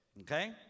Okay